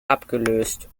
abgelöst